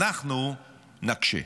אנחנו נקשה.